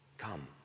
come